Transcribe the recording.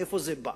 מאיפה זה בא?